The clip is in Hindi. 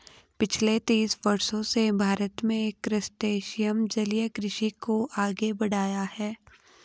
पिछले तीस वर्षों से भारत में क्रस्टेशियन जलीय कृषि को आगे बढ़ाया है